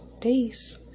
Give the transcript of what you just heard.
Peace